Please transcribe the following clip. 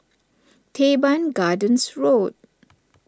Teban Gardens Road